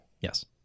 yes